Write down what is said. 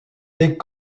des